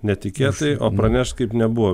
netikėtai o pranešk kaip nebuvo